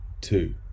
two